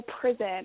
prison